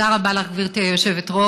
תודה רבה לך, גברתי היושבת-ראש.